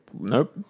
Nope